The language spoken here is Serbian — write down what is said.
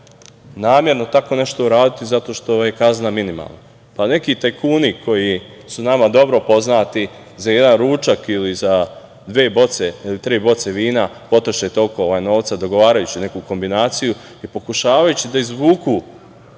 namerno tako nešto uradi zato što je kazna minimalna? Neki tajkuni koji su nama dobro poznati za jedan ručak ili za dve ili tri boce vina potroše toliko novca dogovarajući neku kombinaciju i pokušavajući da izvuku